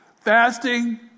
fasting